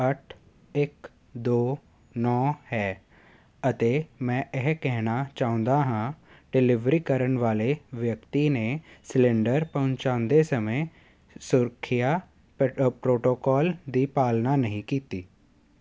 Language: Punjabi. ਅੱਠ ਇੱਕ ਦੋ ਨੌਂ ਹੈ ਅਤੇ ਮੈਂ ਇਹ ਕਹਿਣਾ ਚਾਹੁੰਦਾ ਹਾਂ ਡਿਲੀਵਰੀ ਕਰਨ ਵਾਲੇ ਵਿਅਕਤੀ ਨੇ ਸਿਲਿੰਡਰ ਪਹੁੰਚਾਉਂਦੇ ਸਮੇਂ ਸੁਰੱਖਿਆ ਪ ਪ੍ਰੋਟੋਕੋਲ ਦੀ ਪਾਲਣਾ ਨਹੀਂ ਕੀਤੀ